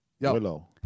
Willow